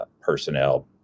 personnel